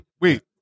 Wait